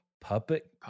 puppet